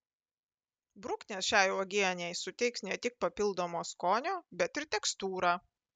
bruknės šiai uogienei suteiks ne tik papildomo skonio bet ir tekstūrą